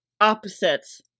opposites